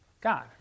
God